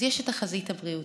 אז יש את החזית הבריאותית,